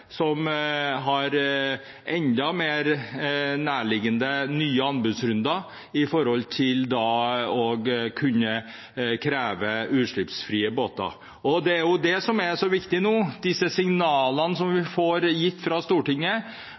som har enda mer nærliggende nye anbudsrunder med tanke på å kunne kreve utslippsfrie båter. Det er jo det som er så viktig nå, disse signalene som vi blir gitt fra Stortinget